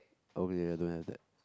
okay ya don't have that